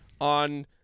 on